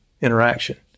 interaction